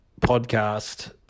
podcast